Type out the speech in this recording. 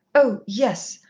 oh yes.